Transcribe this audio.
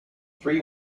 three